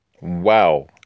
Wow